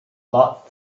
lot